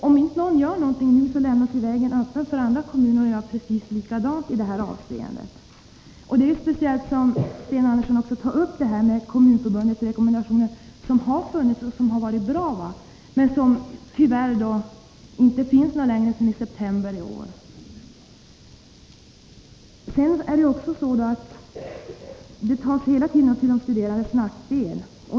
Om ingen gör något nu lämnas vägen öppen för andra kommuner att göra likadant, speciellt mot bakgrund av att Kommunförbundets rekommendationer — som har varit bra — såsom Sten Andersson påpekar tyvärr inte längre finns sedan september i år. Studielånen skall hela tiden tas upp som inkomst när det är till de studerandes nackdel.